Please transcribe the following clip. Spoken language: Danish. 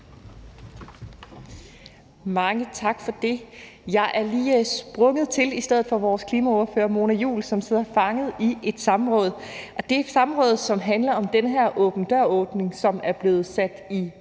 Mange tak for det. Jeg er lige sprunget til i stedet for vores klimaordfører, Mona Juul, som sidder fanget i et samråd. Det er et samråd, som handler om den her åben dør-ordning, som er blevet sat i